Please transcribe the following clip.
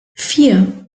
vier